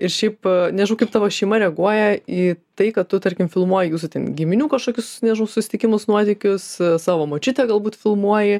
ir šiaip nežinau kaip tavo šeima reaguoja į tai kad tu tarkim filmuoji jūsų giminių kažkokius nežinau susitikimus nuotykius savo močiutę galbūt filmuoji